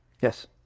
Yes